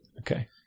Okay